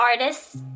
artists